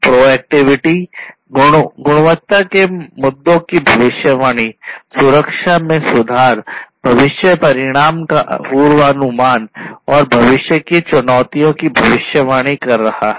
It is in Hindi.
प्रोएक्टिविटी गुणवत्ता के मुद्दों की भविष्यवाणी सुरक्षा में सुधार भविष्य परिणाम का पूर्वानुमान और भविष्य की चुनौतियों की भविष्यवाणी कर रहा है